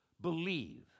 believe